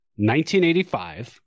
1985